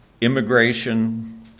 immigration